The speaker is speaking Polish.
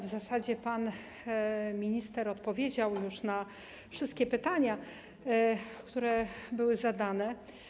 W zasadzie pan minister odpowiedział już na wszystkie pytania, które były zadane.